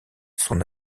son